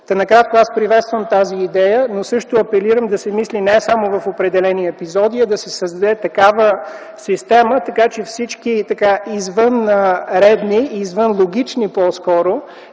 Накратко, аз приветствам тази идея, но апелирам също да се мисли не само в определени епизоди, а да се създаде такава система, така че всички извънредни, по-скоро